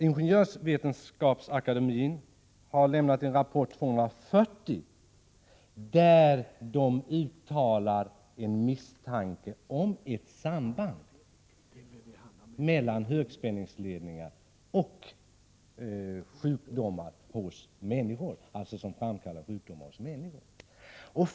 Ingenjörsvetenskapsakademien har lämnat en rapport, nr 240, där det uttalas en misstanke om ett samband mellan högspänningsledningar och sjukdomar hos människor.